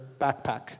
backpack